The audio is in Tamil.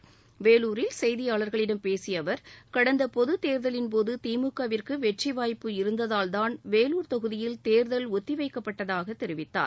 பேசியஅவர் வேலுாரில் செய்தியாளர்களிடம் கடந்தபொதுத் தேர்தலின்போதுதிமுகவிற்குவெற்றிவாய்ப்பு இருந்ததால் தான் வேலூர் கொகுதியில் கேர்கல் ஒத்திவைக்கப்பட்டதாகதெரிவித்தார்